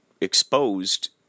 exposed